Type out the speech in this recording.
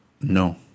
No